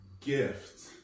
gift